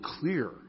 clear